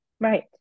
Right